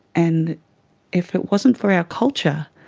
and if it wasn't for our culture,